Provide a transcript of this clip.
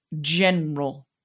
general